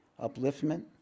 upliftment